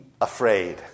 afraid